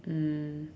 mm